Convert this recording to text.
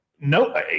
No